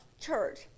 church